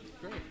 Great